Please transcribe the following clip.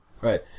Right